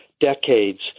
decades